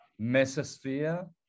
mesosphere